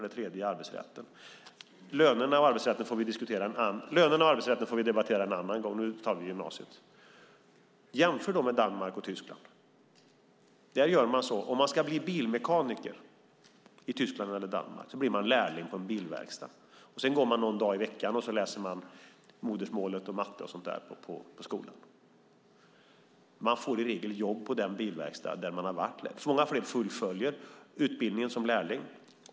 Den tredje är arbetsrätten. Lönerna och arbetsrätten får vi debattera en annan gång. Nu tar vi gymnasiet. Jämför då med Danmark och Tyskland! Om man ska bli bilmekaniker i Tyskland eller Danmark blir man lärling på en bilverkstad. Sedan går man någon dag i veckan i skolan och läser modersmålet och matte och sådant. Många fler fullföljer utbildningen som lärling.